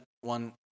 one